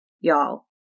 Y'all